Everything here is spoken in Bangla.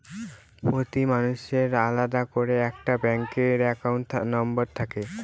প্রতি মানুষের আলাদা করে একটা ব্যাঙ্ক একাউন্ট নম্বর থাকে